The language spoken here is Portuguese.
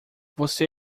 você